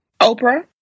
Oprah